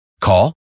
Call